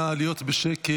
נא להיות בשקט.